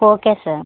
okay sir